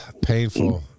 painful